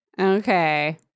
Okay